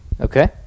Okay